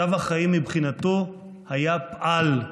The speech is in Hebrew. צו החיים מבחינתו היה "פעל",